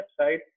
website